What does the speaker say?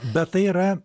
bet tai yra